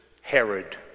Herod